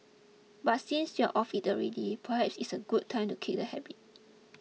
but since you are off it already perhaps it's a good time to kick the habit